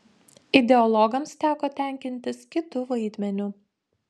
ideologams teko tenkintis kitu vaidmeniu